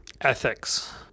ethics